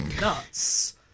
nuts